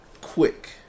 quick